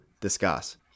discuss